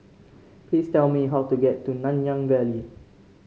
please tell me how to get to Nanyang Valley